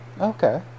Okay